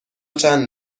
چند